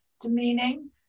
demeaning